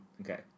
Okay